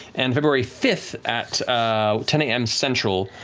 and february fifth at ten a m. central,